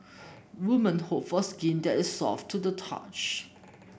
women hope for skin that is soft to the touch